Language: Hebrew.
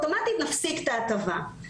אלא אוטומטית נפסיק את ההטבה.